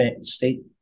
state